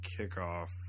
kickoff